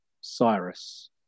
Cyrus